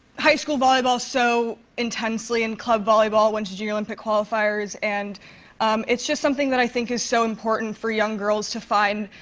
high school volleyball so intensely. and club volleyball, i went to junior olympic qualifiers. and it's just something that i think is so important for young girls to find